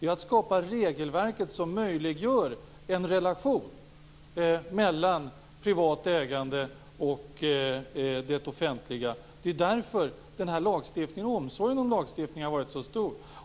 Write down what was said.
Vi har skapat ett regelverk som möjliggör en relation mellan privat ägande och det offentliga. Det är därför som omsorgen om den här lagstiftningen har varit så stor.